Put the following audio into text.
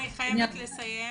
אני חייבת לסיים.